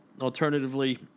alternatively